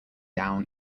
down